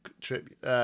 Trip